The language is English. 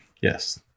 Yes